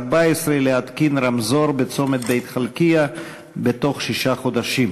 להתקין רמזור בצומת בית-חלקיה בתוך שישה חודשים.